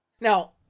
now